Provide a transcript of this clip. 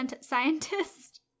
scientist